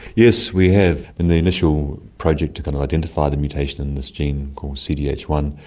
yes, we have, in the initial project to kind of identify the mutation in this gene, called c d h one,